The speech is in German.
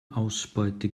ausbeute